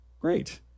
Great